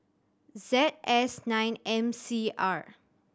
Z S nine M C R